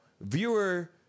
viewer